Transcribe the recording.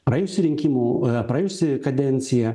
praėjusių rinkimų praėjusi kadencija